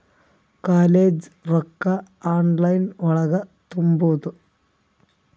College ರೊಕ್ಕ online ಒಳಗ ತುಂಬುದು?